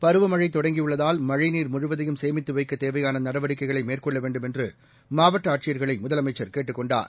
பருவமழை தொடங்கியுள்ளதால் மழைநீர் முழுவதையும் சேமித்து வைக்க தேவையான நடவடிக்கைகளை மேற்கொள்ள வேண்டும் என்று மாவட்ட ஆட்சியர்களை முதலமைச்சர் கேட்டுக் கொண்டார்